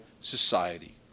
society